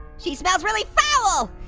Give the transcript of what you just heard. she smells really foul!